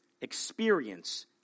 experience